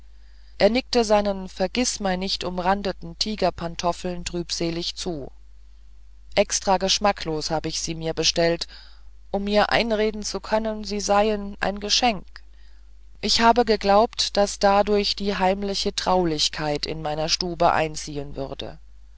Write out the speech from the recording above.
er nickte seinen vergißmeinichtumrahmten tigerpantoffeln trübselig zu extra geschmacklos hab ich sie mir bestellt um mir einzureden zu können sie seien ein geschenk ich habe geglaubt daß dadurch die heimliche traulichkeit in meiner stube einziehen würde